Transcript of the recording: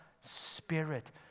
Spirit